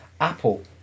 Apple